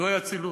זוהי אצילות.